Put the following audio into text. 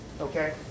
Okay